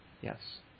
yes